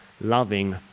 loving